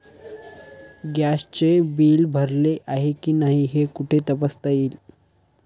गॅसचे बिल भरले आहे की नाही हे कुठे तपासता येईल?